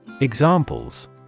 Examples